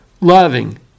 loving